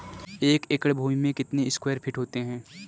एक एकड़ भूमि में कितने स्क्वायर फिट होते हैं?